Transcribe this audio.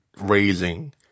raising